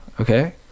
Okay